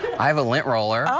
i have a lint roller.